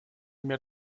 mehr